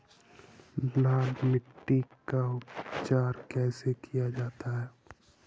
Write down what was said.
लाल मिट्टी का उपचार कैसे किया जाता है?